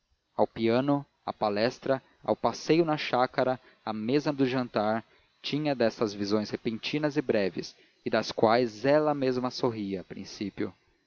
ao piano à palestra ao passeio na chácara à mesa de jantar tinha dessas visões repentinas e breves e das quais ela mesma sorria a princípio